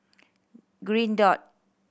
Green Dot